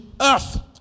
earth